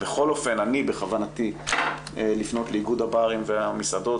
בכל אופן, בכוונתי לפנות לאיגוד הברים והמסעדות.